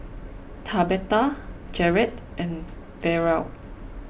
Tabetha Jarret and Derald